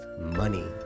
money